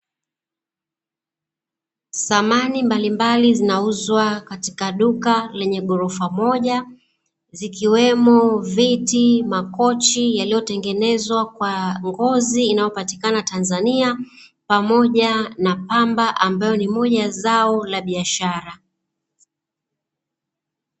Samani mbalimbali zinauzwa katika duka lenye ghorofa moja, zikiwemo Viti Makochi yaliyo tengenezwa kwa Ngozi, inayo patikana Tanzania pamoja na Pamba ambayo ni moja ya zao la biashara.